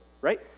Right